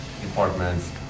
departments